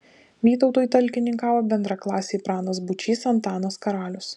vytautui talkininkavo bendraklasiai pranas būčys antanas karalius